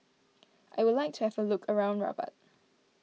I would like to have a look around Rabat